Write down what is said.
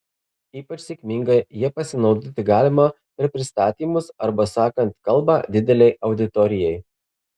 ypač sėkmingai ja pasinaudoti galima per pristatymus arba sakant kalbą didelei auditorijai